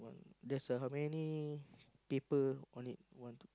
there's a how many paper on it one two